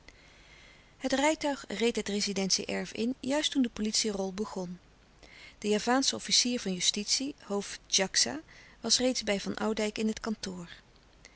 het rijtuig reed het rezidentie erf in juist toen de politie rol begon de javaansche officier van justitie hoofd djaksa was reeds bij van oudijck in het kantoor